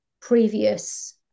previous